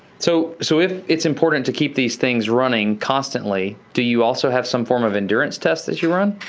so so if it's important to keep these things running constantly, do you also have some form of endurance test that you run?